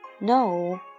No